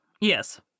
Yes